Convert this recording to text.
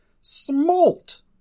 smalt